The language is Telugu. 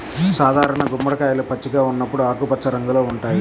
సాధారణ గుమ్మడికాయలు పచ్చిగా ఉన్నప్పుడు ఆకుపచ్చ రంగులో ఉంటాయి